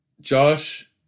Josh